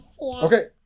okay